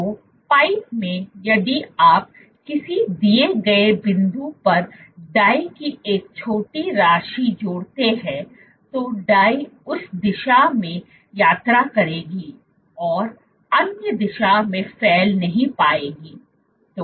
तो पाइप में यदि आप किसी दिए गए बिंदु पर डाई की एक छोटी राशि जोड़ते हैं तो डाई उस दिशा में यात्रा करेगी और अन्य दिशा में फैल नहीं पाएगी